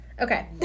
Okay